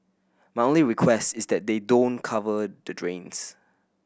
my only request is that they don't cover the drains